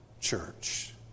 church